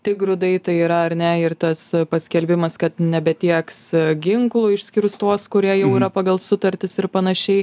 tik grūdai tai yra ar ne ir tas paskelbimas kad nebetieks ginklų išskyrus tuos kurie jau yra pagal sutartis ir panašiai